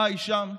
חי שם.